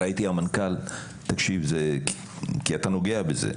המנכ"ל, תקשיב כי אתה נוגע בזה.